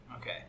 Okay